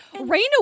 Reyna